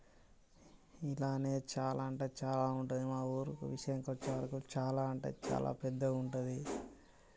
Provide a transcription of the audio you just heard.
ఇలాగే చాలా అంటే చాలా ఉంటుంది మా ఊరు విషయానికి వచ్చేటప్పటికి చాలా ఉంటాయి చాలా పెద్దగా ఉంటుంది